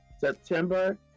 September